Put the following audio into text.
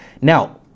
Now